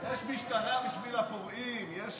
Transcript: יש משטרה בשביל הפורעים, יש